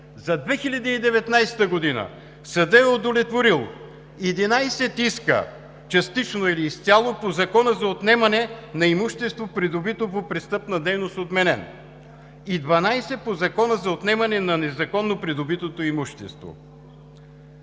За 2019 г. съдът е удовлетворил 11 иска – частично или изцяло по Закона за отнемане на имущество, придобито по престъпна дейност – отменен, и 12 по Закона за отнемане на незаконно придобитото имущество.